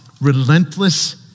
relentless